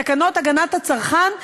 תקנות הגנת הצרכן,